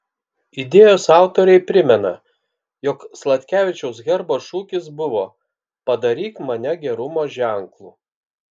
idėjos autoriai primena jog sladkevičiaus herbo šūkis buvo padaryk mane gerumo ženklu